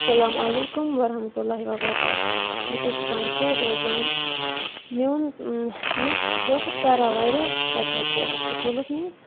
اَسَلامُ علیکُم وَرحمتُہ اللہِ وَبَرکاتُہ بہٕ چھَس بَنٛڈٕ پورِ روزان میون مےٚ ٲسۍ بہٕ ٲسٕس پَران واریاہ سَبجَکٹ طسٖبجعچتظ سکوٗلَس منٛز